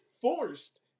forced